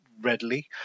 readily